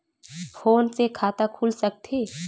Phone से खाता खुल सकथे?